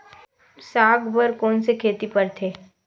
साग बर कोन से खेती परथे?